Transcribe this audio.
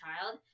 child